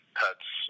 pets